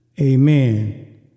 amen